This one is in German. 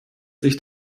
sich